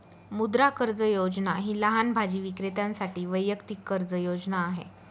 मुद्रा कर्ज योजना ही लहान भाजी विक्रेत्यांसाठी वैयक्तिक कर्ज योजना आहे